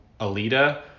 Alita